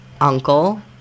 uncle